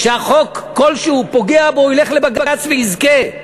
חוק כלשהו שפוגע בו, הוא ילך לבג"ץ ויזכה.